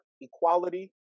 equality